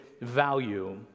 value